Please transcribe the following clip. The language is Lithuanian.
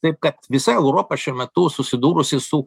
taip kad visa europa šiuo metu susidūrusi su